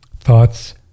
thoughts